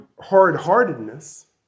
hard-heartedness